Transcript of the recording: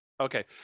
Okay